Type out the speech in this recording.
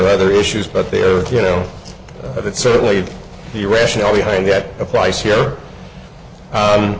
other issues but there you know that certainly the rationale behind that applies here